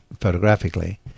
photographically